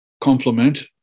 complement